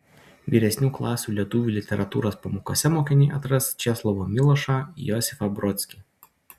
vyresnių klasių lietuvių literatūros pamokose mokiniai atras česlovą milošą josifą brodskį